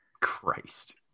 Christ